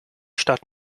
stadt